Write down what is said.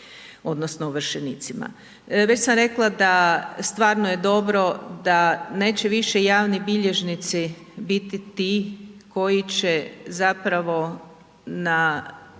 odnosno ovršenicima. Već sam rekla da stvarno je dobro da neće više javni bilježnici biti ti koji će na